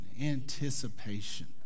anticipation